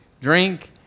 drink